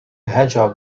hedgehog